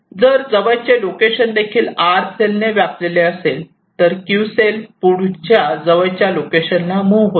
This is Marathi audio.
जर जवळचे लोकेशन देखील 'r' सेलने व्यापलेले असेल तर 'q' सेल पुढच्या जवळच्या लोकेशनला मूव्ह होतो